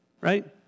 right